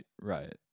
right